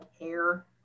air